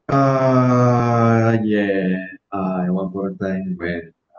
uh ya uh I want more time when